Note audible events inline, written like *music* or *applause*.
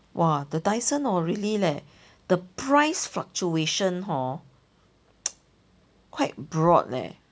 !wah! the Dyson hor really leh the price fluctuation hor *noise* quite broad leh